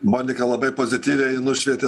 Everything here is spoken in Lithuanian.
monika labai pozityviai nušvietė